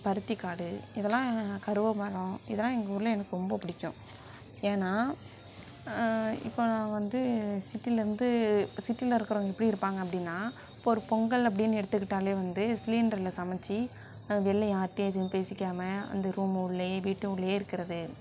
பருத்திக்காடு இதெல்லாம் கருவைமரம் இதெல்லாம் எங்கள் ஊரில் எனக்கு ரொம்ப பிடிக்கும் ஏன்னா இப்போ நாங்கள் வந்து சிட்டியிலர்ந்து சிட்டியில இருக்கிறவங்க எப்படி இருப்பாங்க அப்படின்னா இப்போ ஒரு பொங்கல் அப்படின்னு எடுத்துக்கிட்டாலே வந்து சிலிண்டரில் சமைச்சி வெளில யார்ட்டையும் எதையும் பேசிக்காம அந்த ரூம் உள்ளையே வீட்டு உள்ளையே இருக்கிறது